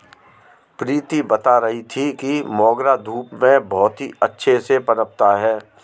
प्रीति बता रही थी कि मोगरा धूप में बहुत ही अच्छे से पनपता है